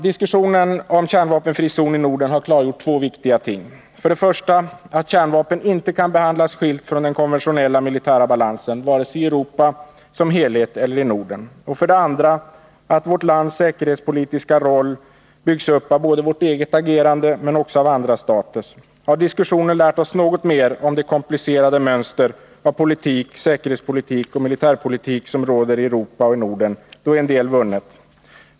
Diskussionen om en kärnvapenfri zon i Norden har klargjort två viktiga ting: för det första att kärnvapen inte kan behandlas skilt från den konventionella militära balansen vare sig i Europa som helhet eller i Norden, och för det andra att vårt lands säkerhetspolitiska roll byggs upp såväl av vårt eget agerande som också av andra staters. Har diskussionen lärt oss något mer om det komplicerade mönster av politik, säkerhetspolitik och militärpolitik som råder i Europa och Norden är en del vunnet.